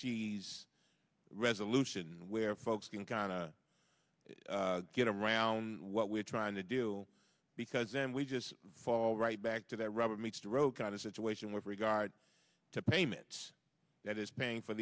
cheese resolution where folks can kinda get around what we're trying to do because then we just fall right back to that rubber meets the road kind of situation with regard to payments that is paying for